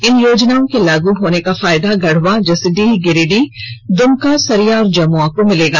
इन योजनाओं के लागू होने का फायदा गढ़वा जसीडीह गिरिडीह द्रमका सरिया और जमुआ को मिलेगा